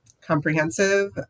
comprehensive